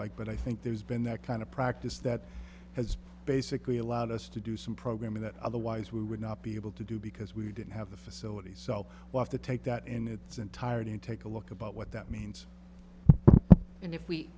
like but i think there's been that kind of practice that has basically allowed us to do some programming that otherwise we would not be able to do because we didn't have the facilities so off to take that in its entirety and take a look about what that means and if we